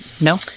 no